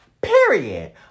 Period